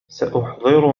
سأحضر